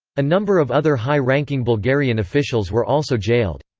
a number of other high ranking bulgarian officials were also jailed.